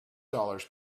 dollars